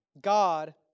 God